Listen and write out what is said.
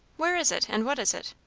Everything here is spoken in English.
where is it? and what is it?